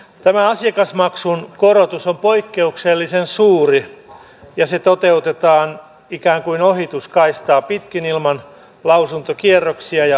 tämä asiakasmaksun korotus on poikkeuksellisen suuri ja se toteutetaan ikään kuin ohituskaistaa pitkin ilman lausuntokierroksia ja arviointeja